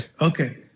Okay